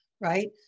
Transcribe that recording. right